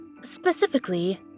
Specifically